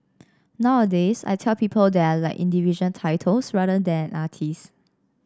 nowadays I tell people that I like individual titles rather than artist